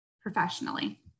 professionally